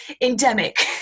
endemic